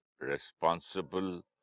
responsible